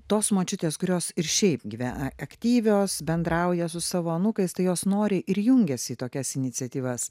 tos močiutės kurios ir šiaip gyvena aktyvios bendrauja su savo anūkais tai jos noriai ir jungiasi į tokias iniciatyvas